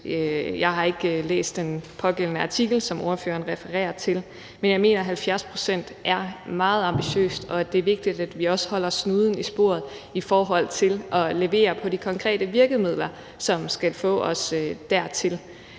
Jeg har ikke læst den pågældende artikel, som ordføreren refererer til, men jeg mener, at 70 pct. er meget ambitiøst, og at det er vigtigt, at vi også holder snuden i sporet i forhold til at levere på de konkrete virkemidler, som skal få os dertil.